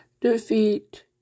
defeat